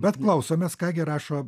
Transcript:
bet klausomės ką gi rašo